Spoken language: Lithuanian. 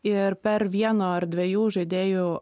ir per vieno ar dviejų žaidėjų